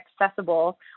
accessible